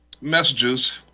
messages